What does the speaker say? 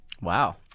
Wow